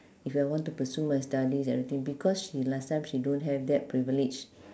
if I want to pursue my studies everything because she last time she don't have that privilege